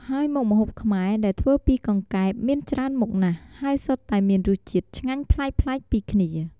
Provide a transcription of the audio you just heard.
ហើយមុខម្ហូបខ្មែរដែលធ្វើពីកង្កែបមានច្រើនមុខណាស់ ហើយសុទ្ធតែមានរសជាតិឆ្ងាញ់ប្លែកៗពីគ្នា។